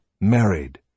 married